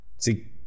see